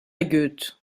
goethe